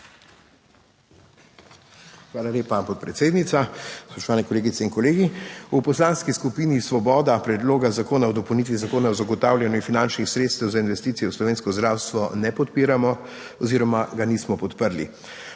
Hvala lepa podpredsednica, spoštovane kolegice in kolegi. V Poslanski skupini Svoboda Predloga zakona o dopolnitvi Zakona o zagotavljanju finančnih sredstev za investicije v slovensko zdravstvo ne podpiramo oziroma ga nismo podprli.